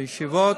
בישיבות,